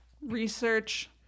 research